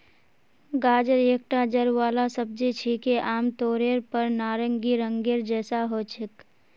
गाजर एकता जड़ वाला सब्जी छिके, आमतौरेर पर नारंगी रंगेर जैसा ह छेक